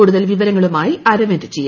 കൂടുതൽ വിവരങ്ങളുമായി അരവിന്ദ് ജി